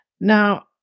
Now